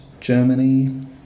Germany